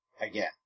again